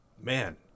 man